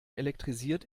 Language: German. elektrisiert